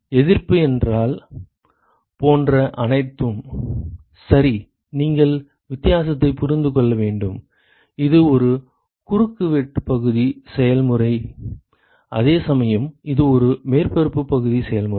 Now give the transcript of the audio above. மாணவர் எதிர்ப்பு என்றால் போன்ற அனைத்தும் சரி நீங்கள் வித்தியாசத்தை புரிந்து கொள்ள வேண்டும் இது ஒரு குறுக்கு வெட்டு பகுதி செயல்முறை அதேசமயம் இது ஒரு மேற்பரப்பு பகுதி செயல்முறை